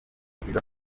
byiza